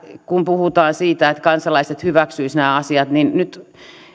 kun puhutaan siitä että kansalaiset hyväksyisivät nämä asiat nyt